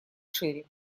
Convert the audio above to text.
шире